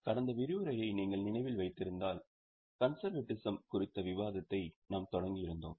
கடந்த விரிவுரையை நீங்கள் நினைவில் வைத்திருந்தால் கன்செர்வேட்டிசம் குறித்த விவாதத்தை நாம் தொடங்கி இருந்தோம்